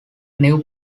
new